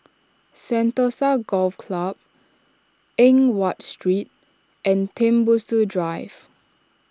Sentosa Golf Club Eng Watt Street and Tembusu Drive